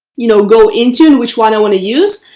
you know, go into which one i want to use.